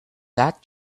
that